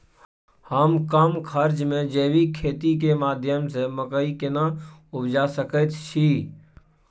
हम कम खर्च में जैविक खेती के माध्यम से मकई केना उपजा सकेत छी?